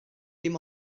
dim